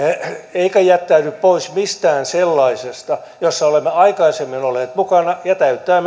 eikä jättäydy pois mistään sellaisesta jossa olemme aikaisemmin olleet mukana ja joka täyttää